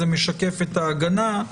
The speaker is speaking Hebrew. זה משקף את ההגנה.